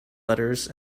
letters